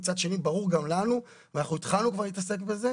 מצד שני ברור גם לנו ואנחנו כבר התחלנו להתעסק בזה.